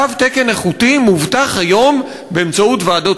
תו תקן איכותי מובטח היום באמצעות ועדות